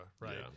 Right